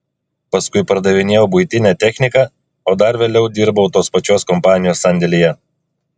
paskui pardavinėjau buitinę techniką o dar vėliau dirbau tos pačios kompanijos sandėlyje